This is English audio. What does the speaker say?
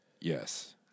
Yes